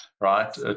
right